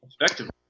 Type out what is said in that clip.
effectively